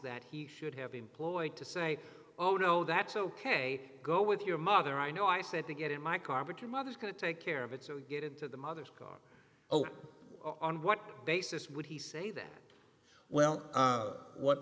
that he should have employed to say oh no that's ok go with your mother i know i said to get in my car but your mother is going to take care of it so you get into the mother's car on what basis would he say that well what